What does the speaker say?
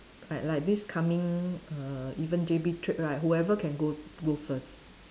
like like this coming err even J_B trip right whoever can go go first